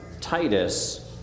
Titus